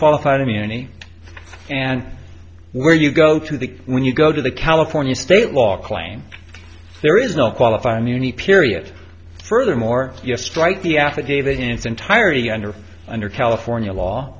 qualified immunity and where you go to the when you go to the california state law claim there is no qualified immunity period furthermore your strike the affidavit in its entirety under under california law